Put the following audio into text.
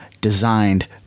designed